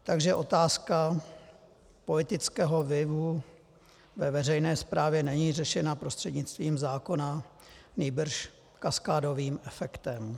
Takže otázka politického vlivu ve veřejné správě není řešena prostřednictvím zákona, nýbrž kaskádovým efektem.